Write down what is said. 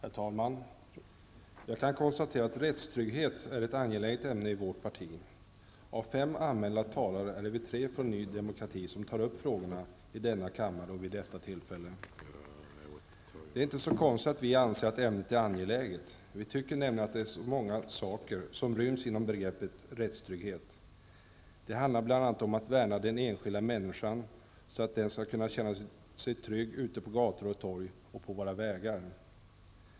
Herr talman! Jag kan konstatera att rättstrygghet är ett angeläget ämne för vårt parti. Av fem anmälda talare är vi tre från nydemokrati som tar upp frågorna i denna kammare och vid detta tillfälle. Det är inte så konstigt att vi anser att ämnet är angeläget. Vi tycker nämligen att det är så många saker som ryms inom begreppet rättstrygghet. Det handlar bl.a. om att värna den enskilda människan, så att man skall kunna känna sig trygg ute på gator och torg och på våra vägar.